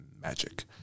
magic